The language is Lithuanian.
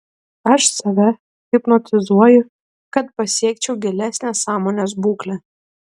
aš save hipnotizuoju kad pasiekčiau gilesnę sąmonės būklę